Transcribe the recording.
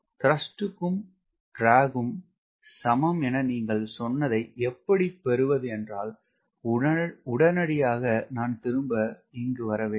த்ரஸ்ட்டும் ட்ராகும் சமம் என நீங்கள் சொன்னதை எப்படி பெறுவது என்றால் உடனடியாக நான் திரும்ப வர வேண்டும்